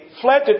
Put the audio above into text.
fled